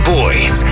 boys